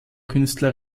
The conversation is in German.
künstler